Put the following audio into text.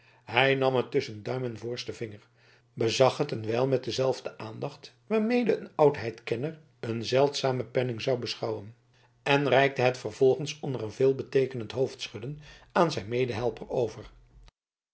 hij nam het tusschen duim en voorsten vinger bezag het een wijl met dezelfde aandacht waarmede een oudheidkenner een zeldzamen penning zoude beschouwen en reikte het vervolgens onder een veelbeteekenend hoofdschudden aan zijn medehelper over